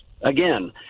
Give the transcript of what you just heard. again